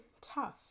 tough